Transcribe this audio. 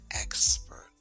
expert